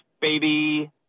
baby